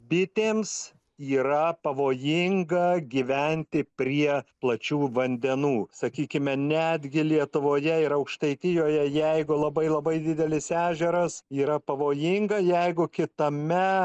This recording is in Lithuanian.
bitėms yra pavojinga gyventi prie plačių vandenų sakykime netgi lietuvoje ir aukštaitijoje jeigu labai labai didelis ežeras yra pavojinga jeigu kitame